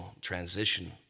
transition